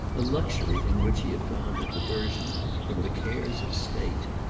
a luxury in which he had found a diversion from the cares of state.